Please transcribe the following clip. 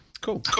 cool